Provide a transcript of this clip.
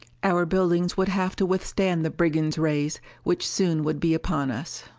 our buildings would have to withstand the brigands' rays which soon would be upon us.